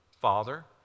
Father